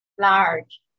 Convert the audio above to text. large